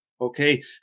Okay